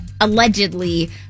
allegedly